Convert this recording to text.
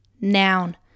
noun